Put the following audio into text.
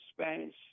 Spanish